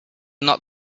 not